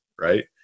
right